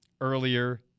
earlier